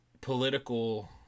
political